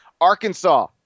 Arkansas